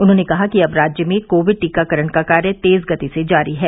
उन्होंने कहा कि अब राज्य में कोविड टीकाकरण का कार्य तेज गति से जारी है